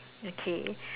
okay